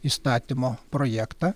įstatymo projektą